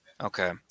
Okay